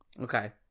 Okay